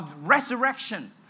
resurrection